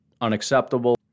unacceptable